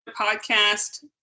podcast